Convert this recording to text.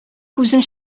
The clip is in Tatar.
күзең